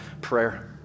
prayer